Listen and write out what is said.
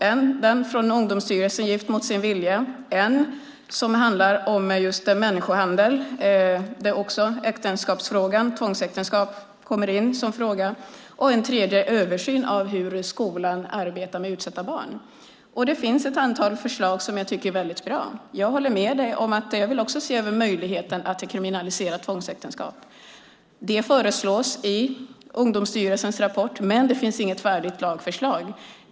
En är från Ungdomsstyrelsen, Gift mot sin vilja , en som handlar om människohandel där tvångsäktenskapsfrågan kommer in och en tredje om en översyn av hur skolan arbetar med utsatta barn. Det finns ett antal förslag som jag tycker är väldigt bra. Jag håller med dig och vill se över möjligheten att kriminalisera tvångsäktenskap. Det föreslås i Ungdomsstyrelsens rapport, men det finns inget färdigt lagförslag.